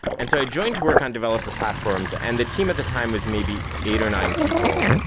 and so i joined to work on developer platforms and the team at the time was maybe eight or nine people.